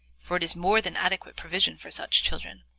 for it is more than adequate provision for such children.